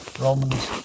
Romans